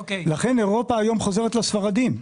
לכן אירופה חוזרת היום לספרדים.